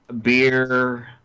beer